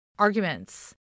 arguments